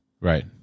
Right